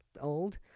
old